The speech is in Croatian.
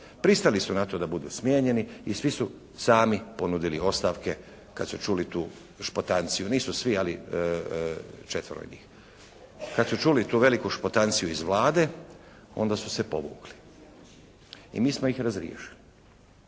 Pristali su na to da budu smijenjeni i svi su sami ponudili ostavke kad su čuli tu špotanciju. Nisu svi ali četvero njih. Kad su čuli tu veliku špotanciju iz Vlade, onda su se povukli. I mi smo ih razriješili.